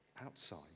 outside